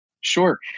Sure